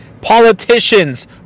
Politicians